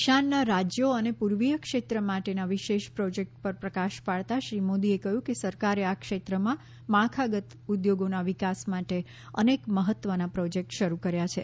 ઈશાનનાં રાજ્યો અને પૂર્વીય ક્ષેત્ર માટેના વિશેષ પ્રોજેક્ટ્સ પર પ્રકાશ પાડતાં શ્રી મોદીએ કહ્યું કે સરકારે આ ક્ષેત્રમાં માળખાગત ઉદ્યોગોના વિકાસ માટે અનેક મહત્ત્વના પ્રોજેક્ટ શરૂ કર્યા છે